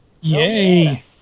Yay